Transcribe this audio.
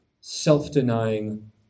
self-denying